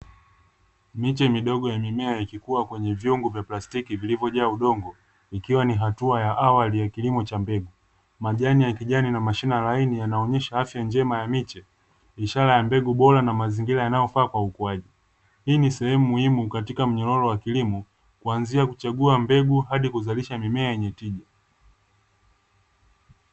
Miche midogo ya mimea ikikua kwenye vyombo vya plastiki vilivyojaa udongo, ikiwa ni hatua ya awali ya kilimo cha mbegu, majani ya kijani na mashina laini yanaonyesha afya njema ya miche, ishara ya mbegu bora na mazingira yanayofaa kwa ukuaji. Hii ni sehemu muhimu katika mnyororo wa kilimo, kuanzia kuchagua mbegu hadi kuzalisha mimea yenye tija.